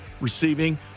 receiving